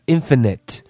Infinite